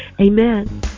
amen